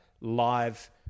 live